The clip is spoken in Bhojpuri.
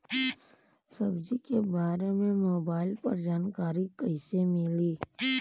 सब्जी के बारे मे मोबाइल पर जानकारी कईसे मिली?